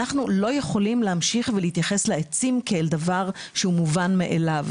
אנחנו לא יכולים להמשיך ולהתייחס לעצים כאל דבר שהוא מובן מאליו.